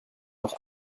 doch